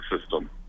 system